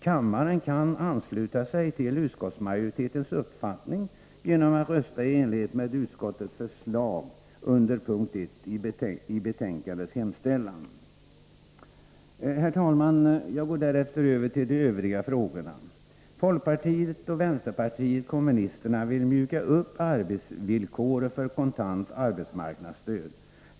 Kammaren kan ansluta sig till utskottsmajoritetens uppfattning genom att rösta i enlighet med utskottets förslag under punkt 1 i betänkandets hemställan. Herr talman! Jag går därefter över till de övriga frågorna. Folkpartiet och vänsterpartiet kommunisterna vill mjuka upp arbetsvillkoret i anslutning till kontant arbetsmarknadsstöd.